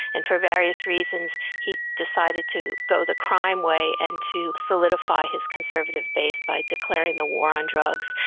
and for various reasons he decided to go the crime way and to solidify his conservative base by declaring the war on drugs.